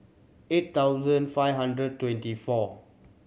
eight thousand five hundred twenty four